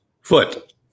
Foot